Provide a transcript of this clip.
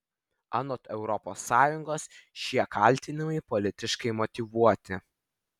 anot europos sąjungos šie kaltinimai politiškai motyvuoti